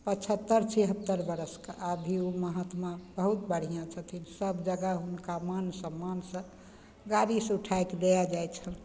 पचहत्तर छिहत्तर बरसके अभी उ महात्मा बहुत बढ़िआँ छथिन सब जगह हुनका मान सम्मानसँ गाड़ीसँ उठाय कऽ दए जाइ छनि